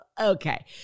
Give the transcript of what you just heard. okay